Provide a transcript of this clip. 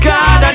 God